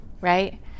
right